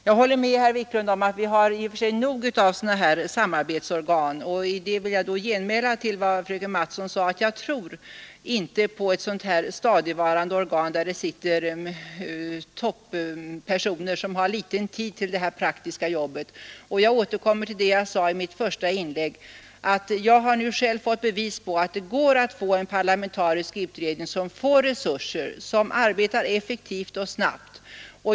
Jag håller med herr Wiklund om att vi i och för sig har nog med samarbetsorgan på detta område. Mot vad fröken Mattson sade vill jag genmäla att jag inte tror på ett stadigvarande organ, där det sitter toppersoner med liten tid till förfogande för det praktiska arbetet. Jag återkommer till vad jag sade i mitt första anförande, nämligen att jag nu själv har fått bevis på att det är möjligt att ge en parlamentarisk utredning sådana resurser för sin verksamhet att den kan arbeta effektivt och snabbt.